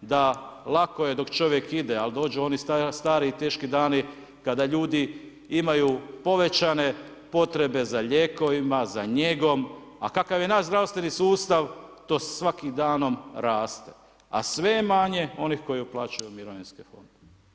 da lako je dok čovjek ide, ali dođu oni stari i teški dani kada ljudi imaju povećane potrebe za lijekovima, za njegom, a kakav je naš zdravstveni sustav to svakim danom raste, a sve je manje onih koji uplaćuju mirovinske fondove.